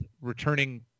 returning